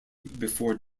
before